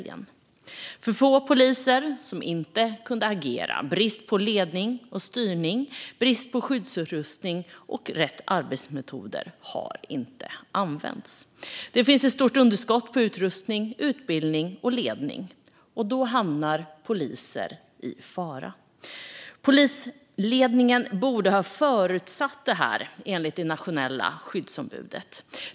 Det var för få poliser och de kunde inte agera, det rådde brist på ledning och styrning, liksom på skyddsutrustning, och rätt arbetsmetoder användes inte. Det finns ett stort underskott på utrustning, utbildning och ledning, och då hamnar poliser i fara. Polisledningen borde ha förutsatt att det här kunde hända, enligt det nationella skyddsombudet.